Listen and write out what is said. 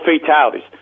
fatalities